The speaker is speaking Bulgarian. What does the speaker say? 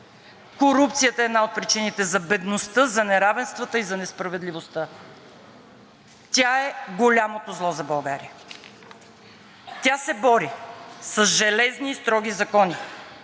Корупцията е една от причините за бедността, за неравенствата и за несправедливостта. Тя е голямото зло за България! Тя се бори с железни и строги закони,